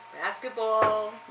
Basketball